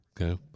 Okay